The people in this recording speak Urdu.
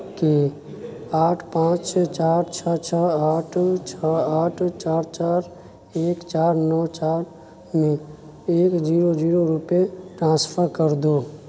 کے آٹھ پانچ چار چھ چھ آٹھ چھ آٹھ چار چار ایک چار نو چار میں ایک جیرو جیرو روپئے ٹرانسفر کر دو